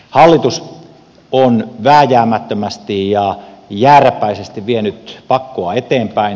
hallitus on vääjäämättömästi ja jääräpäisesti vienyt pakkoa eteenpäin